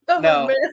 no